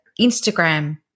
Instagram